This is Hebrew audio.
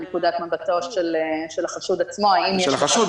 מנקודת מבטו של החשוד עצמו --- של החשוד,